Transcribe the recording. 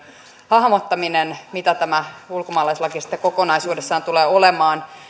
hahmottaminen mitä tämä ulkomaalaislaki sitten kokonaisuudessaan tulee olemaan